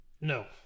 No